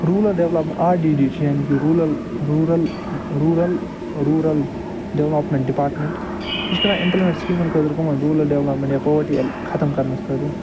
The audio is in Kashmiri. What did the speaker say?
rural development R D D چھِ یعنی کہِ rural rural rural rural development department یہِ چھُ کَران اِمپِلمٮ۪نٛٹ سِکیٖمن خٲطرٕ کٕمن روٗرل ڈیولپمٮ۪نٛٹ یا پُورٹی ایل ختٕم کَرنس خٲطرٕ